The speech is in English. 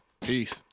peace